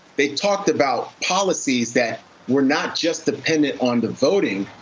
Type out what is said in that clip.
they talked about policies that were not just dependent on the voting,